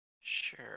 Sure